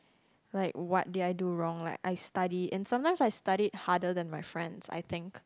like what did I do wrong like I study and sometimes I studied harder than my friends I think